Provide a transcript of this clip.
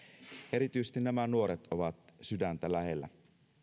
erityisesti nämä nuoret ovat sydäntä lähellä